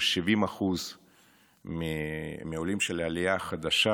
ו-70% מהעולים של העלייה החדשה